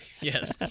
Yes